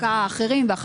היו תיקונים שהיו מקובלים.